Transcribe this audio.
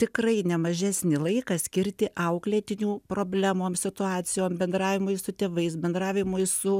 tikrai ne mažesnį laiką skirti auklėtinių problemom situacijom bendravimui su tėvais bendravimui su